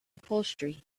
upholstery